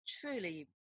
truly